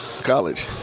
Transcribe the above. college